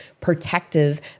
protective